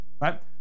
right